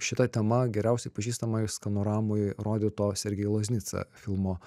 šita tema geriausiai pažįstama iš skanoramoj rodyto sergėj loznica filmo